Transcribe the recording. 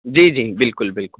جی جی بالکل بالکل